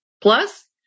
Plus